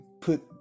put